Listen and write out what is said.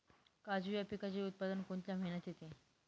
काजू या पिकाचे उत्पादन कोणत्या महिन्यात येते?